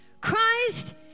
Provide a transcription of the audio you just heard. Christ